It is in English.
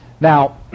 Now